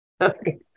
Okay